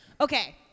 Okay